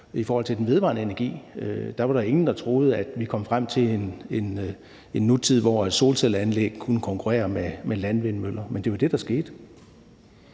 i forhold til den vedvarende energi, har jeg det sådan, at der var ingen, der troede, vi kom frem til en nutid, hvor solcelleanlæg kunne konkurrere med landvindmøller, men det var det, der skete.